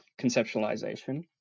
conceptualization